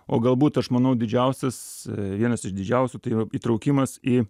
o galbūt aš manau didžiausias vienas iš didžiausių tai yra įtraukimas į